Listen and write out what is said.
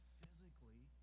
physically